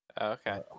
Okay